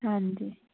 ਹਾਂਜੀ